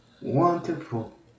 wonderful